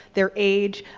their age,